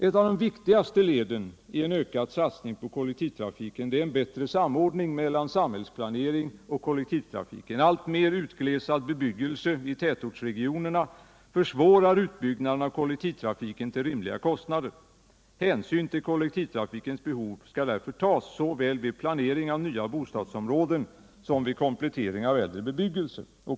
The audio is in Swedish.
Ett av de viktigaste leden i en ökad satsning på kollektivtrafiken är en bättre samordning mellan samhällsplaneringen och kollektivtrafiken. En alltmer utglesad bebyggelse i tätortsregionerna försvårar en utbyggnad av kollektivtrafiken till rimliga kostnader. Hänsyn till kollektivtrafikens behov skall därför tas såväl vid planering av nya bostadsområden som vid komplettering av äldre bebyggelse.